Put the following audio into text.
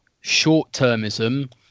short-termism